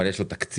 אבל יש לו תקציב?